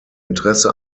interesse